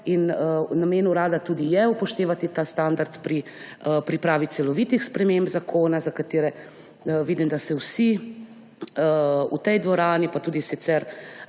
Namen urada tudi je upoštevati ta standard pri pripravi celovitih sprememb zakona, za katere vidim, da se vsi v tej dvorani pa tudi sicer